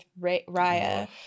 Raya